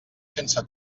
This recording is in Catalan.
sense